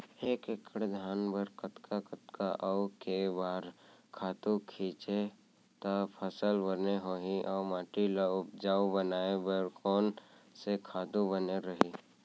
एक एक्कड़ धान बर कतका कतका अऊ के बार खातू छिंचे त फसल बने होही अऊ माटी ल उपजाऊ बनाए बर कोन से खातू बने रही?